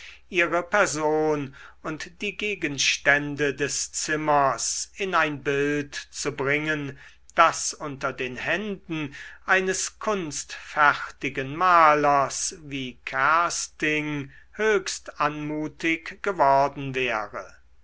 ihre person und die gegenstände des zimmers in ein bild zu bringen das unter den händen eines kunstfertigen malers wie kersting höchst anmutig geworden wäre